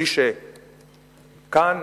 מי שכאן,